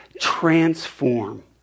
Transform